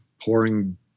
pouring